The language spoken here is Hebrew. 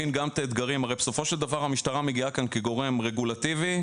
הרי בסופו של דבר המשטרה מגיעה כאן כגורם רגולטיבי,